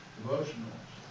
Devotionals